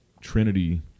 Trinity